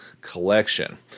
collection